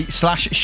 slash